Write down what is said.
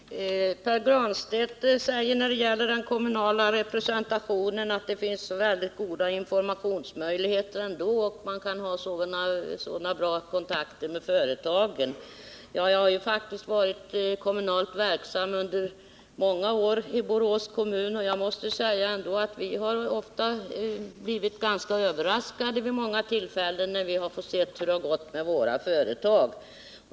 Herr talman! Pär Granstedt säger när det gäller den kommunala representationen att det finns så väldigt goda informationsmöjligheter ändå, och man kan hålla så bra kontakter med företagen. Ja, jag har ju faktiskt varit kommunalt verksam under många år i Borås kommun, och jag måste säga att vi har blivit ganska överraskade vid många tillfällen när vi fått se hur det gått med våra företag.